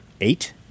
eight